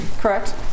Correct